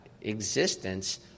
existence